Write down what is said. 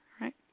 right